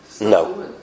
No